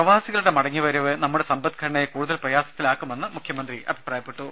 പ്രവാസികളുടെ മടങ്ങിവരവ് നമ്മുടെ സമ്പദ്ഘടനയെ കൂടുതൽ പ്രയാസത്തിലാക്കുമെന്നും മുഖ്യമന്ത്രി അഭിപ്രായപ്പെട്ടു